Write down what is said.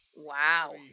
Wow